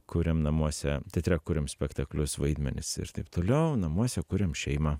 kuriam namuose teatre kuriam spektaklius vaidmenis ir taip toliau namuose kuriam šeimą